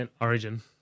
Origin